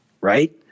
right